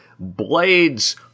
Blades